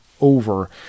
over